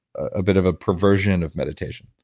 ah bit of a perversion of meditation?